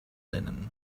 linen